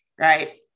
right